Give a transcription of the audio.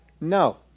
No